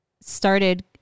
started